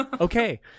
Okay